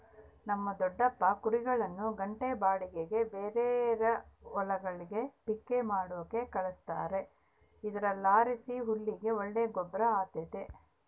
ನಮ್ ದೊಡಪ್ಪ ಕುರಿಗುಳ್ನ ಗಂಟೆ ಬಾಡಿಗ್ಗೆ ಬೇರೇರ್ ಹೊಲಗುಳ್ಗೆ ಪಿಕ್ಕೆ ಮಾಡಾಕ ಕಳಿಸ್ತಾರ ಇದರ್ಲಾಸಿ ಹುಲ್ಲಿಗೆ ಒಳ್ಳೆ ಗೊಬ್ರ ಆತತೆ